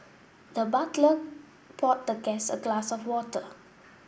the butler poured the guest a glass of water